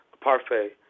parfait